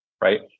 right